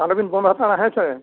ᱟᱞᱚ ᱵᱤᱱ ᱫᱚᱸᱫᱽ ᱦᱟᱛᱟᱲᱟ ᱦᱮᱸ ᱥᱮ